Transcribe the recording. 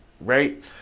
right